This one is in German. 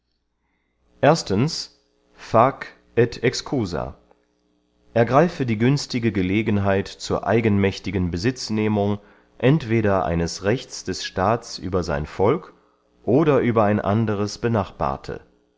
et excusa ergreife die günstige gelegenheit zur eigenmächtigen besitznehmung entweder eines rechts des staats über sein volk oder über ein anderes benachbarte